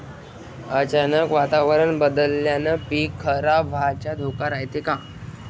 अचानक वातावरण बदलल्यानं पीक खराब व्हाचा धोका रायते का?